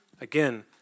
Again